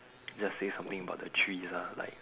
just say something about the trees ah like